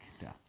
death